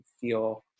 feel